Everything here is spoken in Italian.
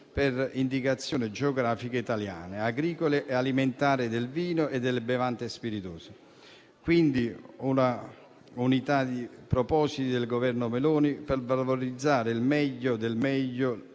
per indicazioni geografiche italiane, agricole e alimentari del vino e delle bevande spiritose. Quindi una unità di propositi del Governo Meloni per valorizzare il meglio del meglio